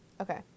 Okay